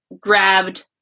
grabbed